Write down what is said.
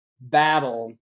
battle